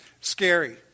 Scary